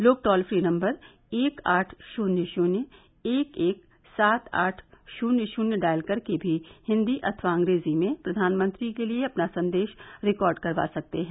लोग toll free number एक आठ शृन्य शृन्य एक एक सात आठ शृन्य शृन्य डायल करके भी हिन्दी अथवा अंग्रेजी में प्रधानमंत्री के लिए अपना संदेश रिकार्ड करवा सकते हैं